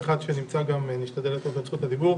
תודה.